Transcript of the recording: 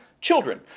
Children